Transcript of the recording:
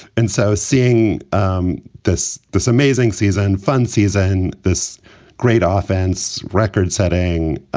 and so seeing um this this amazing season funsies and this great um offense record setting